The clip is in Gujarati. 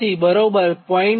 87 0